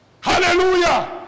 Hallelujah